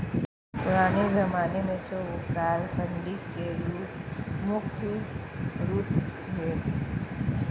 पुराने ज़माने में साहूकार फंडिंग के मुख्य श्रोत थे